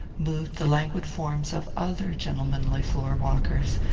moved the languid forms of other gentlemanly floor-walkers,